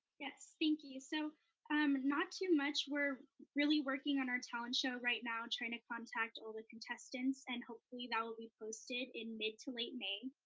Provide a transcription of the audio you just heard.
yes, thank you. so um not too much. we're really working on our talent show right now, trying to contact all the contestants, and hopefully that will be posted in mid to late may.